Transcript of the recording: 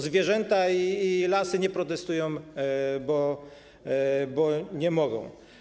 Zwierzęta i lasy nie protestują, bo nie mogą.